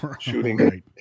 shooting